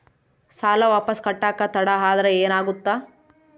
ಸಾಲ ವಾಪಸ್ ಕಟ್ಟಕ ತಡ ಆದ್ರ ಏನಾಗುತ್ತ?